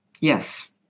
Yes